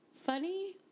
funny